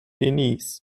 denise